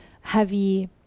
heavy